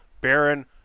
Baron